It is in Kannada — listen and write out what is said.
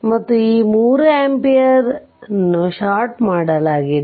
ಮತ್ತು ಈ 3 ಆಂಪಿಯರ್ ನ್ನು ಷಾರ್ಟ್ ಮಾಡಲಾಗಿದೆ